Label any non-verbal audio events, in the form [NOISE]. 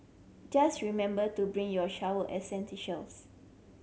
just remember to bring your shower [UNINTELLIGIBLE]